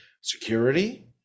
security